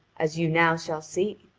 as you now shall see.